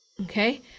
Okay